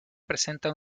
presenta